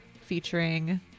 featuring